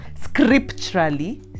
scripturally